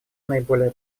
наиболее